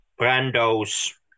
Brando's